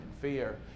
fear